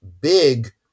big